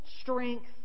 strength